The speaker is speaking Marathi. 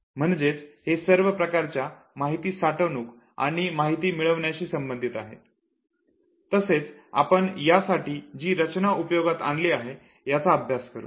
म्हणजेच हे सर्व प्रकारच्या माहिती साठवनुक आणि माहिती मिळविण्याशी संबंधित आहेत तसेच आपण यासाठी जी रचना उपयोगात आणली आहे याचा अभ्यास करू